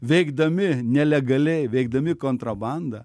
veikdami nelegaliai veikdami kontrabanda